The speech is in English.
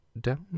down